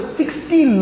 sixty